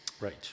right